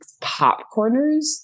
popcorners